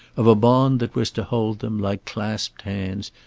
of a bond that was to hold them, like clasped hands,